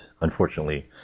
unfortunately